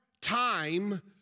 time